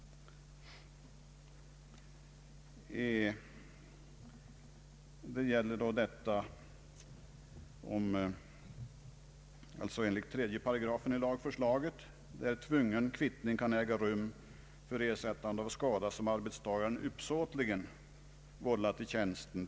Enligt 3 § i lagförslaget kan tvungen kvittning äga rum för ersättande av skada, som arbetstagare uppsåtligen vållat i tjänsten.